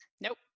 Nope